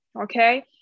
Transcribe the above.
okay